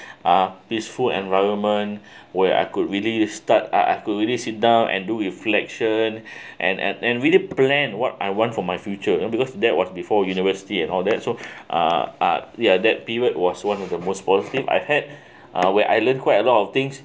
uh peaceful environment where I could really start uh I could really sit down and do reflection and and really plan what I want for my future you know because that was before university and all that so uh uh ya that period was one of the most positive I've had where I learned quite a lot of things